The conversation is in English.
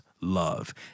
love